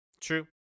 True